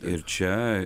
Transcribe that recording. ir čia